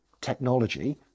technology